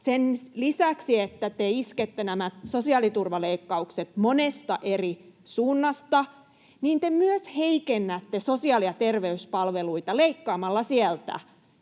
Sen lisäksi, että te iskette nämä sosiaaliturvaleikkaukset monesta eri suunnasta, te myös heikennätte sosiaali- ja terveyspalveluita leikkaamalla sieltä